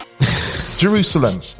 Jerusalem